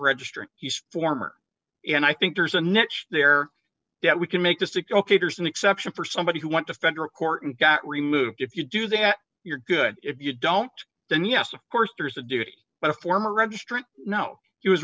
he's former and i think there's a niche there that we can make the stick ok there's an exception for somebody who want to federal court and got removed if you do that you're good if you don't then yes of course there's a duty but a former registrant no he was